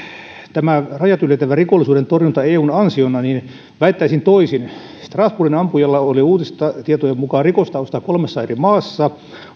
rajat ylittävän rikollisuuden torjunta eun ansiona niin väittäisin toisin strasbourgin ampujalla oli uutistietojen mukaan rikostaustaa kolmessa eri maassa